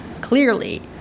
clearly